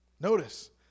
notice